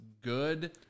good